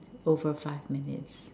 over five minutes